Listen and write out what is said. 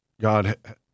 God